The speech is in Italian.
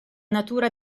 natura